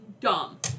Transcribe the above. dumb